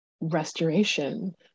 restoration